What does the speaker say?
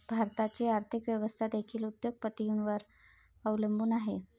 भारताची आर्थिक व्यवस्था देखील उद्योग पतींवर अवलंबून आहे